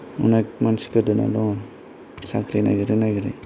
अनेक मानसि गोदोनानै दङ साख्रि नायगिरै नायगिरै